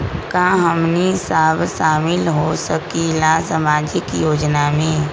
का हमनी साब शामिल होसकीला सामाजिक योजना मे?